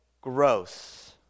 gross